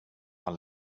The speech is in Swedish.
han